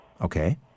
Okay